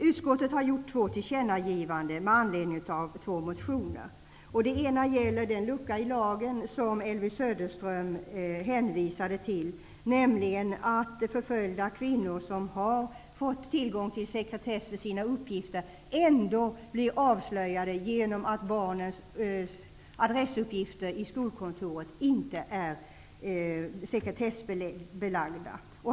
Utskottet föreslår två tillkännagivanden med anledning av två motioner. Det ena gäller den lucka i lagen som Elvy Söderström hänvisade till, nämligen att förföljda kvinnor som har fått tillgång till sekretess för sina uppgifter ändå blir avslöjade genom att barnens adressuppgifter i skolkontoret inte är sekretessbelagda.